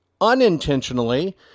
unintentionally